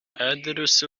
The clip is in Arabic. أدرس